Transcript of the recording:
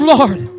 Lord